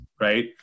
right